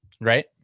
right